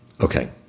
Okay